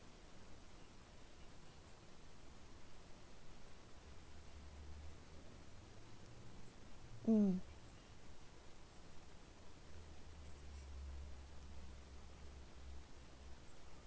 mm